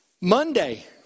Monday